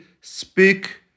speak